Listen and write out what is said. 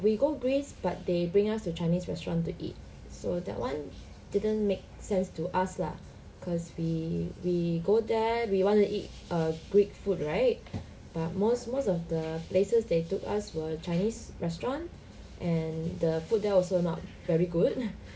we go greece but they bring us to chinese restaurant to eat so that [one] didn't make sense to us lah cause we we go there we want to eat uh greek food right but most most of the places they took us were chinese restaurant and the food there also not very good